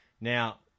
Now